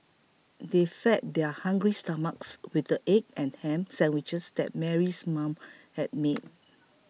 they fed their hungry stomachs with the egg and ham sandwiches that Mary's mother had made